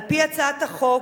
על-פי הצעת החוק,